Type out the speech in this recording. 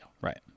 Right